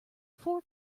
four